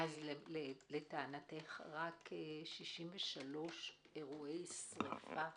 לטענתך, רק 63 אירועי שריפות